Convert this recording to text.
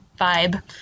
vibe